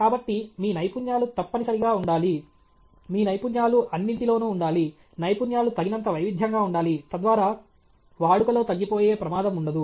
కాబట్టి మీ నైపుణ్యాలు తప్పనిసరిగా ఉండాలి మీ నైపుణ్యాలు అన్నిటిలోనూ ఉండాలి నైపుణ్యాలు తగినంత వైవిధ్యంగా ఉండాలి తద్వారా వాడుకలో తగ్గిపోయే ప్రమాదం ఉండదు